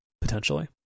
potentially